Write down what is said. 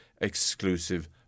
exclusive